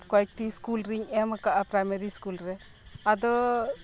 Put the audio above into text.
ᱠᱚᱭᱮᱠ ᱴᱤ ᱥᱠᱩᱞ ᱨᱮᱧ ᱮᱢ ᱠᱟᱜᱼᱟ ᱯᱨᱟᱭᱢᱟᱨᱤ ᱥᱠᱩᱞ ᱨᱮ ᱟᱫᱚ